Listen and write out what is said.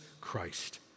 Christ